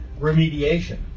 remediation